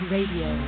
Radio